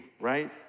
right